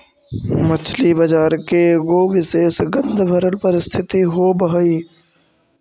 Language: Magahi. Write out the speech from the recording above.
मछली बजार के एगो विशेष गंधभरल परिस्थिति होब हई